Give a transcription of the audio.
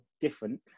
different